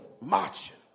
marching